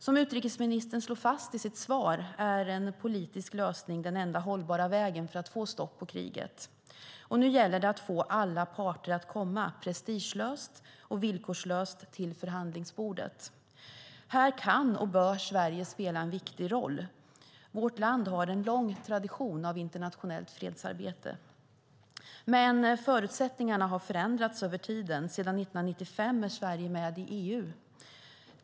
Som utrikesministern slår fast i sitt svar är en politisk lösning den enda hållbara vägen att få stopp på kriget. Nu gäller det att få alla parter att prestigelöst och villkorslöst komma till förhandlingsbordet. Här kan och bör Sverige spela en viktig roll. Vårt land har en lång tradition av internationellt fredsarbete. Men förutsättningarna har förändrats över tiden. Sedan 1995 är Sverige med i EU.